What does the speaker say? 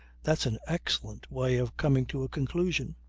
that's an excellent way of coming to a conclusion.